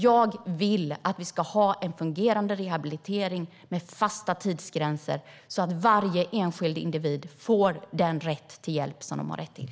Jag vill att vi ska ha en fungerande rehabilitering med fasta tidsgränser, så att varje enskild individ får den hjälp som individen har rätt till.